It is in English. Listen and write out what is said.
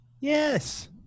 Yes